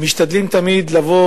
משתדלים תמיד לבוא